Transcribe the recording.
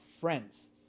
friends